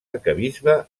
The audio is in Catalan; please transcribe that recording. arquebisbe